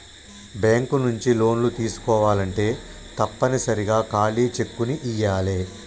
bank నుంచి లోన్లు తీసుకోవాలంటే తప్పనిసరిగా ఖాళీ చెక్కుని ఇయ్యాలే